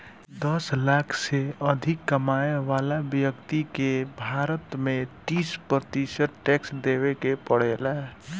दस लाख से अधिक कमाए वाला ब्यक्ति के भारत में तीस प्रतिशत टैक्स देवे के पड़ेला